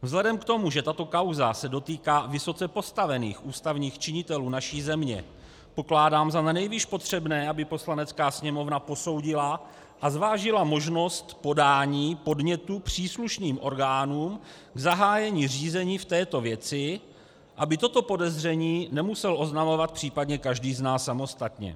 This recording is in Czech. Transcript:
Vzhledem k tomu, že tato kauza se dotýká vysoce postavených ústavních činitelů naší země, pokládám za nanejvýš potřebné, aby Poslanecká sněmovna posoudila a zvážila možnost podání podnětu příslušným orgánům k zahájení řízení v této věci, aby toto podezření nemusel oznamovat případně každý z nás samostatně.